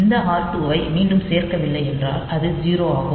இந்த r2 ஐ மீண்டும் சேர்க்கவில்லை என்றால் இது 0 ஆகும்